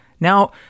Now